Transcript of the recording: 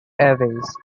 airways